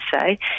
say